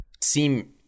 seem